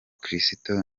kristo